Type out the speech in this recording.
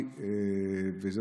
תודה.